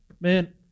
Man